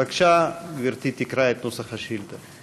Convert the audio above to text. בבקשה, גברתי תקרא את נוסח השאילתה.